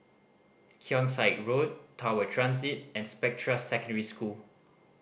Keong Saik Road Tower Transit and Spectra Secondary School